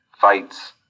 fights